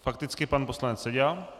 Fakticky pan poslanec Seďa.